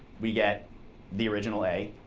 we get the original a.